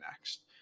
next